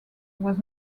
was